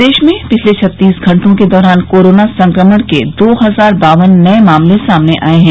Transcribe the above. प्रदेश में पिछले छत्तीस घण्टों के दौरान कोरोना संक्रमण के दो हजार बावन नये मामले सामने आये हैं